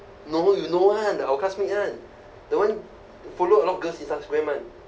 norma you know [one] the our classmate [one] the [one] follow a lot of girls [one]